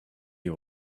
you